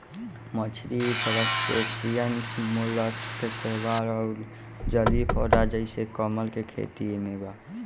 मछली crustaceans mollusc शैवाल अउर जलीय पौधा जइसे कमल के खेती एमे बा